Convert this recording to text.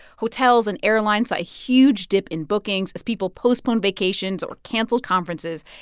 hotels and airlines saw a huge dip in bookings as people postponed vacations or canceled conferences.